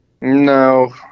No